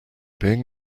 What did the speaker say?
being